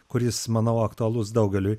kuris manau aktualus daugeliui